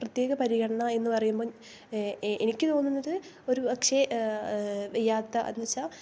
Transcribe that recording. പ്രത്യേക പരിഗണന എന്ന് പറയുമ്പോൾ എനിക്ക് തോന്നുന്നത് ഒരു പക്ഷെ വയ്യാത്ത അന്ന് വെച്ച